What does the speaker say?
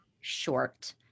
short